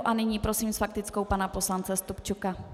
A nyní prosím s faktickou pana poslance Stupčuka.